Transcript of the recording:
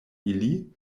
ili